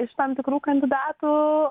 iš tam tikrų kandidatų